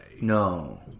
No